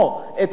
את מעשיו,